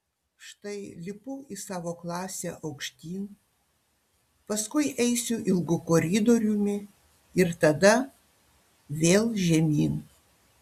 štai lipu į savo klasę aukštyn paskui eisiu ilgu koridoriumi ir tada vėl žemyn